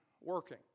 working